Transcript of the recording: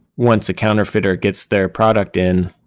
once a counterfeiter gets their product in,